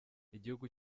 igihugu